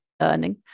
earning